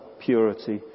purity